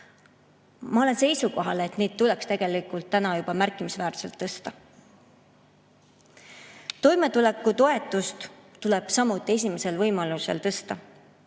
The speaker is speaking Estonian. Ma olen seisukohal, et neid tuleks tegelikult juba täna märkimisväärselt tõsta. Toimetulekutoetust tuleb samuti esimesel võimalusel tõsta.